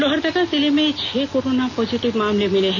लोहरदगा जिले में छह कोरोना पॉजिटिव मामले मिले हैं